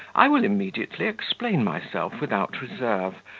i will immediately explain myself without reserve,